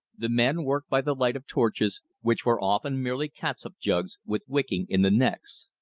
the men worked by the light of torches, which were often merely catsup jugs with wicking in the necks.